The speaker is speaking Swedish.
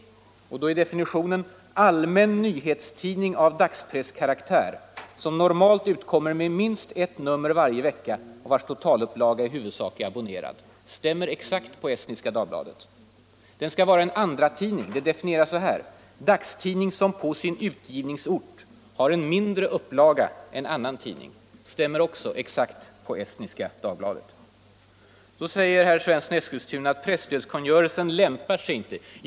Definitionen på en sådan tidning är: ”allmän nyhetstidning av dagspresskaraktär, som normalt utkommer med minst ett nummer varje vecka och vars totalupplaga i huvudsak är abonnerad”. Det stämmer exakt på Estniska Dagbladet. Den skall också vara en andratidning. Det definieras som ”dagstidning som på sin utgivningsort har mindre upplaga än annan tidning”. Det stämmer också på Estniska Dagbladet. Ändå säger herr Svensson i Eskilstuna att presstödskungörelsen inte 51 lämpar sig i det här sammanhanget.